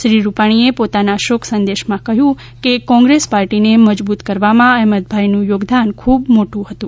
શ્રી રૂપાણીએ પોતાના શોક સંદેશમાં કહ્યું છે કે કોંગ્રેસ પાર્ટીને મજબૂત કરવામાં અહમદભાઈનું યોગદાન ખૂબ મોટું હતું